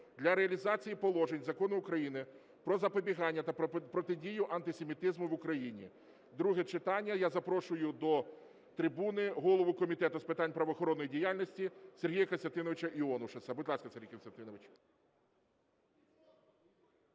для реалізації положень Закону України "Про запобігання та протидію антисемітизму в Україні" (друге читання). І я запрошую до трибуни голову Комітету з питань правоохоронної діяльності Сергія Костянтиновича Іонушаса. Будь ласка, Сергій Костянтинович.